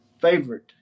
favorite